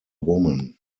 woman